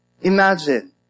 Imagine